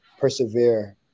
persevere